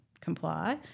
comply